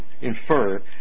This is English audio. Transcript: infer